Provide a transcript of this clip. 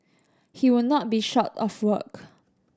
he would not be short of work